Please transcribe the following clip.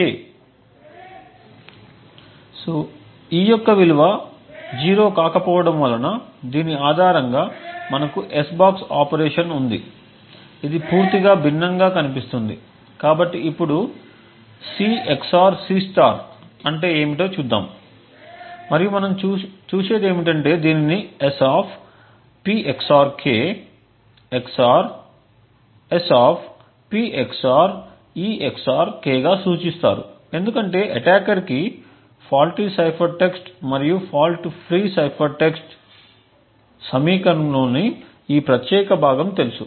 e యొక్క విలువ 0 కాకపోవటం వలన దీని ఆధారంగా మనకు S బాక్స్ ఆపరేషన్ ఉంది ఇది పూర్తిగా భిన్నంగా కనిపిస్తుంది కాబట్టి ఇప్పుడు C XOR C అంటే ఏమిటో చూద్దాం మరియు మనం చూసేది ఏమిటంటే దీనిని S P XOR k XOR S P XOR e XOR k గా సూచిస్తారు ఎందుకంటే అటాకర్ కి ఫాల్టీ సైఫర్ టెక్స్ట్ మరియు ఫాల్ట్ ఫ్రీ సైఫర్ టెక్స్ట్ సమీకరణంలోని ఈ ప్రత్యేక భాగం తెలుసు